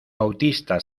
bautista